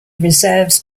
reserves